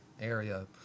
area